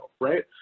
right